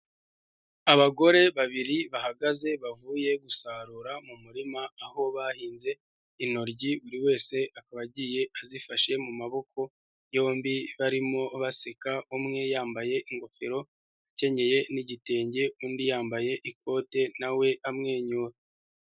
Abagore babiri bahagaze bavuye gusarura mu murima aho bahinze intoryi, buri wese akaba agiye azifashe mu maboko yombi barimo baseka, umwe yambaye ingofero akenyeye n'igitenge, undi yambaye ikote nawe amwenyura.